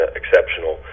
exceptional